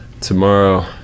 tomorrow